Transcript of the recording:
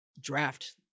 draft